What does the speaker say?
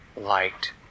liked